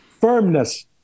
Firmness